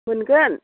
मोनगोन